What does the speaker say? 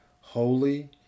holy